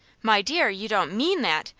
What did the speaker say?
my dear, you don't mean that?